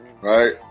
right